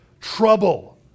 trouble